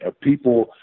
People